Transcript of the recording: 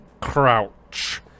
Crouch